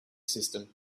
system